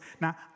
Now